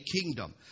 kingdom